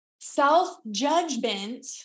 self-judgment